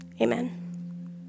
Amen